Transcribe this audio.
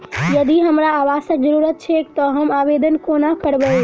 यदि हमरा आवासक जरुरत छैक तऽ हम आवेदन कोना करबै?